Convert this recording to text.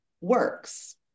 works